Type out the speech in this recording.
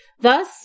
Thus